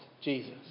Jesus